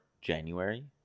January